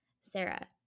Sarah